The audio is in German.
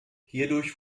hierdurch